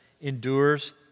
endures